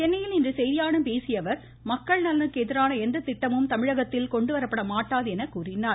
சென்னையில் இன்று செய்தியாளர்களிடம் பேசிய அவர் மக்கள் நலனுக்கு எதிரான எந்த திட்டமும் தமிழகத்தில் கொண்டு வரப்பட மாட்டாது என கூறினார்